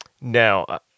Now